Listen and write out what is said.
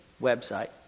website